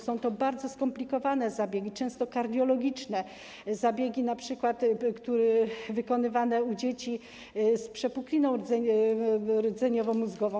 Są to bardzo skomplikowane zabiegi, często kardiologiczne czy np. wykonywane u dzieci z przepukliną rdzeniowo-mózgową.